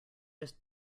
just